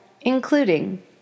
including